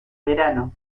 verano